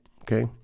okay